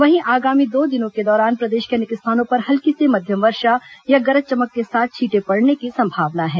वहीं आगामी दो दिनों के दौरान प्रदेश के अनेक स्थानों पर हल्की से मध्यम वर्षा या गरज चमक के साथ छींटे पड़ने की संभावना है